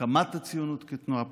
הקמת הציונות כתנועה פוליטית,